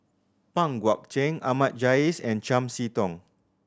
Pang Guek Cheng Ahmad Jais and Chiam See Tong